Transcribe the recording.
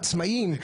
העצמאים,